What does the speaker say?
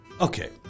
Okay